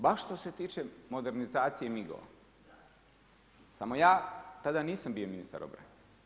Baš što se tiče modernizacije MIG-ova samo ja tada nisam bio ministar obrane.